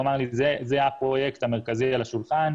הוא אמר שזה הפרויקט המרכזי על השולחן,